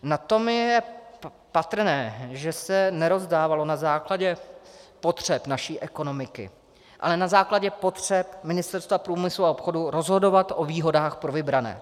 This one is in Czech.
Na tom je patrné, že se nerozdávalo na základě potřeb naší ekonomiky, ale na základě potřeb Ministerstva průmyslu a obchodu rozhodovat o výhodách pro vybrané.